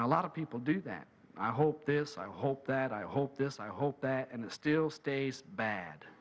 lot of people do that i hope this i hope that i hope this i hope that and still stays